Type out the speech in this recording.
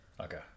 Okay